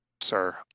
sir